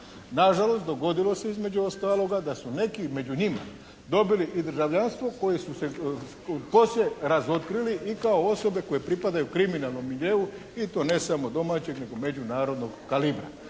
Nažalost dogodilo se između ostaloga da su neki među njima dobili i državljanstvo koje su se, tko se razotkrili i kao osobe koje pripadaju kriminalnom miljeu i to ne samo domaćem nego međunarodnog kalibra.